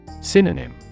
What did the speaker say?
Synonym